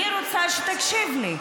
אני רוצה שתקשיב לי.